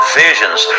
visions